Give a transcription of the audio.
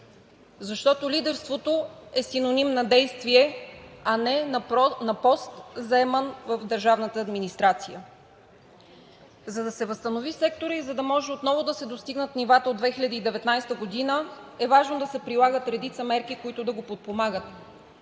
Защото лидерството е синоним на действие, а не на заеман пост в държавната администрация. За да се възстанови секторът и за да може отново да се достигнат нивата от 2019 г., е важно да се прилагат редица мерки, които да го подпомагат